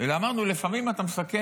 אלא אמרנו: לפעמים אתה מסכן,